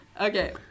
okay